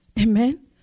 Amen